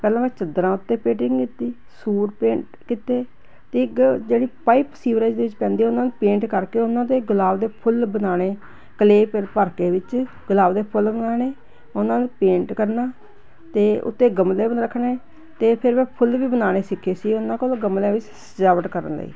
ਪਹਿਲਾਂ ਮੈਂ ਚੱਦਰਾਂ ਉੱਤੇ ਪੇਟਿੰਗ ਕੀਤੀ ਸੂਟ ਪੇਂਟ ਕੀਤੇ ਅਤੇ ਇੱਕ ਜਿਹੜੀ ਪਾਈਪ ਸੀਵਰੇਜ ਦੇ ਵਿੱਚ ਪੈਂਦੇ ਉਹਨਾਂ ਨੂੰ ਪੇਂਟ ਕਰਕੇ ਉਹਨਾਂ ਦੇ ਗੁਲਾਬ ਦੇ ਫੁੱਲ ਬਣਾਉਣੇ ਕਲੇ ਭਰ ਕੇ ਵਿੱਚ ਗੁਲਾਬ ਦੇ ਫੁੱਲ ਬਣਾਉਣੇ ਉਹਨਾਂ ਨੂੰ ਪੇਂਟ ਕਰਨਾ ਅਤੇ ਉੱਤੇ ਗਮਲੇ ਬਨ ਰੱਖਣੇ ਅਤੇ ਫਿਰ ਮੈਂ ਫੁੱਲ ਵੀ ਬਣਾਉਣੇ ਸਿੱਖੇ ਸੀ ਉਹਨਾਂ ਕੋਲ ਗਮਲਿਆਂ ਵਿੱਚ ਸਜਾਵਟ ਕਰਨ ਲਈ